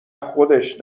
خودش